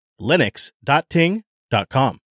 linux.ting.com